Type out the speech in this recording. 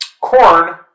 corn